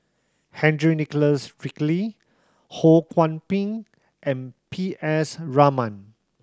Henry Nicholas Ridley Ho Kwon Ping and P S Raman